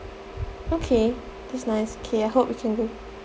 okay that's nice K I hope you can go